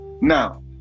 Now